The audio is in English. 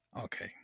okay